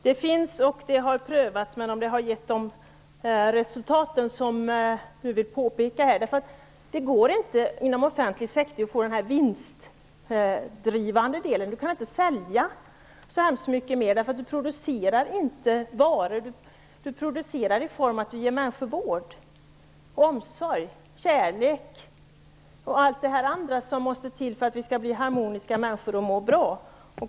Det finns och det har prövats, men om de har givit de resultat som du säger, vet jag inte. Det går inte att inom den offentliga sektorn få en vinstgivande del. Man kan inte sälja så mycket, eftersom man inte producerar varor. Det man producerar är att ge människor vård, omsorg, kärlek och allt som måste till för att vi skall bli harmoniska människor.